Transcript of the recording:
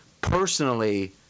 Personally